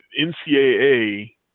NCAA